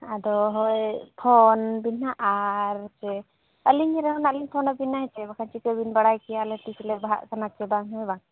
ᱟᱫᱚ ᱦᱚᱭ ᱯᱷᱳᱱᱵᱤᱱ ᱦᱟᱸᱜ ᱟᱨ ᱦᱮᱪᱮ ᱟᱹᱞᱤᱧ ᱨᱮᱦᱚᱸ ᱱᱟᱦᱟᱜ ᱞᱤᱧ ᱯᱷᱳᱱᱟᱵᱮᱱᱟ ᱦᱮᱸᱪᱮ ᱵᱟᱠᱷᱟᱱ ᱪᱤᱠᱟᱹ ᱵᱮᱱ ᱵᱟᱲᱟᱭ ᱠᱮᱭᱟ ᱟᱞᱮ ᱛᱤᱥ ᱞᱮ ᱵᱟᱦᱟᱜ ᱠᱟᱱᱟ ᱪᱮ ᱦᱮ ᱵᱟᱝ